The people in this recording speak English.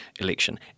election